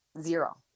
Zero